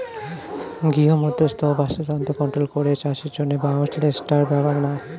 গৃহমধ্যস্থ বাস্তুতন্ত্র কন্ট্রোল করে চাষের জন্যে বায়ো শেল্টার বানায়